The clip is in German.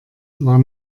war